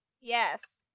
Yes